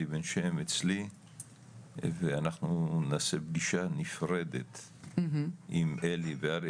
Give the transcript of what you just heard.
אלי בן שם אצלי ואנחנו נעשה פגישה נפרדת עם אלי ואריה